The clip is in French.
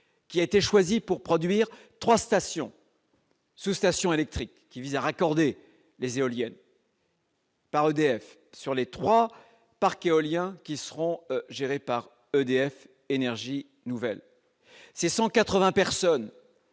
qui a été choisi pour produire 3 stations. Sous-stations électriques qui vise à raccorder les éoliennes. Par EDF sur les trois, parqués au lien qui seront gérés par EDF Énergies Nouvelles, c'est 180 personnes